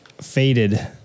Faded